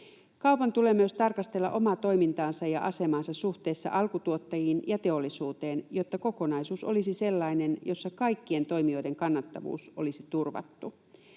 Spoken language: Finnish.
Kaupan tulee myös tarkastella omaa toimintaansa ja asemaansa suhteessa alkutuottajiin ja teollisuuteen, jotta kokonaisuus olisi sellainen, jossa kaikkien toimijoiden kannattavuus olisi turvattu.